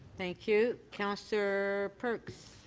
thank you. councillor perks.